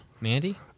Mandy